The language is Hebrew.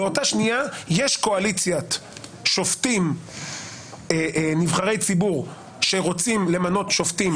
באותה שנייה יש קואליציית שופטים נבחרי ציבור שרוצים למנות שופטים